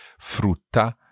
frutta